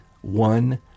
one